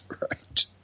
right